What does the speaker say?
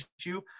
issue